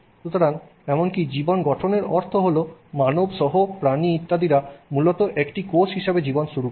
সুতরাং এমনকি জীবন গঠনের অর্থ হল মানব সহ প্রাণী ইত্যাদিরা মূলত একটি কোষ হিসাবে জীবন শুরু করি